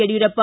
Yediyurappa